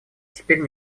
теперь